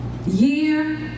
Year